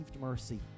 mercy